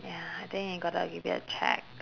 ya I think you gotta give it a check